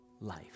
life